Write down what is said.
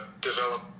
develop